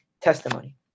testimony